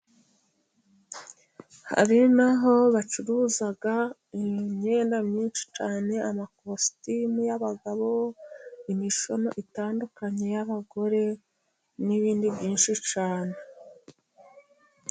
Hari naho bacuruza imyenda myinshi cyane amakositimu y'abagabo, imishono itandukanye y'abagore n'ibindi byinshi cyane.